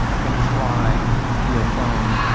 can fry your phone,